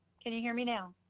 can you hear me now?